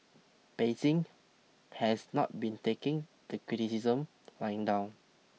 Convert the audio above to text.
Beijing has not been taking the criticisms lying down